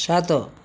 ସାତ